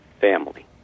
family